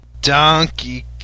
Donkey